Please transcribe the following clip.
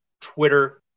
Twitter